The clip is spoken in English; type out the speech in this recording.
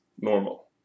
normal